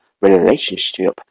relationship